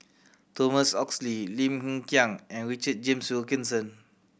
Thomas Oxley Lim Hng Kiang and Richard James Wilkinson